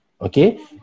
Okay